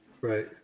Right